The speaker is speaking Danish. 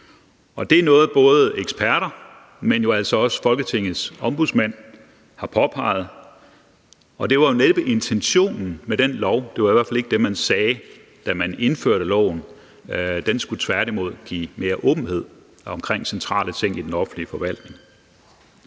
Det er noget, både eksperter, men jo altså også Folketingets Ombudsmand har påpeget, og det var næppe intentionen med den lov; det var i hvert fald ikke det, man sagde, da man indførte loven, for den skulle tværtimod give mere åbenhed omkring centrale ting i den offentlige forvaltning.